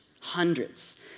Hundreds